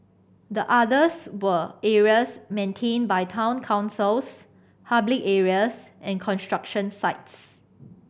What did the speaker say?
the others were areas maintained by town councils public areas and construction sites